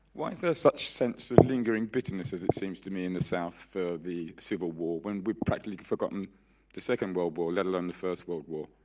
why is there such sense of lingering bitterness as it seems to me in the south for the civil war when we practically forgotten the second world war, let alone the first world war.